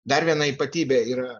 dar viena ypatybė yra